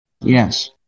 Yes